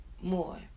more